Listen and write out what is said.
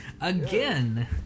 again